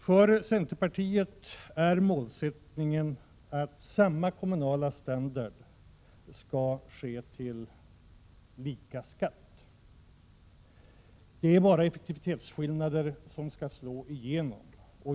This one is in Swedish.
För centerpartiet är målsättningen att samma kommunala standard skall uppnås till lika skatt. Det är bara effektivitetsskillnader som skall slå igenom.